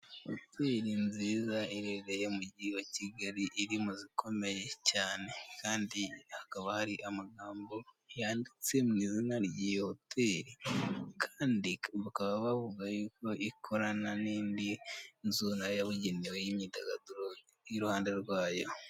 Hotel nziza iherereye mu mujyi wa kigali iri mu zikomeye cyane, kandi hakaba hari amagambo yanditse mu izina ry'iyo hotel. Kandi bakaba bavuga y'uko ikorana n'indi nzu nayo yabugenewe y'imyidagaduro y'iruhande rwayo.